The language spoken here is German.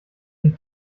dem